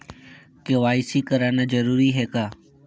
KYC कराना जरूरी है का?